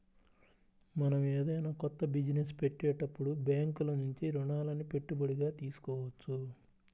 మనం ఏదైనా కొత్త బిజినెస్ పెట్టేటప్పుడు బ్యేంకుల నుంచి రుణాలని పెట్టుబడిగా తీసుకోవచ్చు